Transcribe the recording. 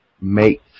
make